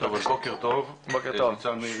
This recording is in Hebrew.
ואני כבר היום מאוד לא צעיר.